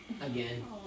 again